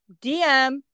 DM